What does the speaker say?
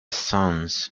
sons